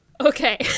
Okay